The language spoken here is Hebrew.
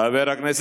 של הליכוד.